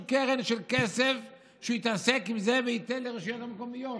קרן של כסף שהוא יתעסק עם זה וייתן לרשויות המקומיות.